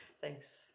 Thanks